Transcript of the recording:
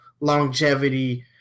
longevity